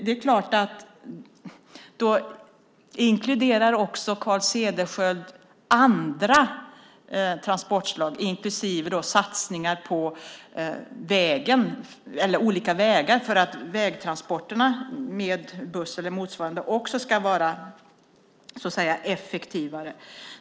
Då inkluderar Carl Cederschiöld andra transportslag, inklusive satsningar på olika vägar så att vägtransporterna med buss eller motsvarande också ska vara effektivare.